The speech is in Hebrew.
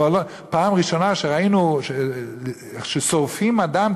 בפעם ראשונה שראינו ששורפים אדם,